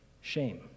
Shame